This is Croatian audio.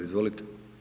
Izvolite.